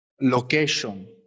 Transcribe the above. location